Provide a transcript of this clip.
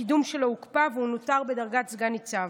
הקידום שלו הוקפא, והוא נותר בדרגת סגן ניצב.